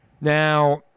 now